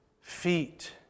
feet